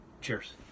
Cheers